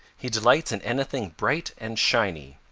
he delights in anything bright and shiny.